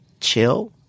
chill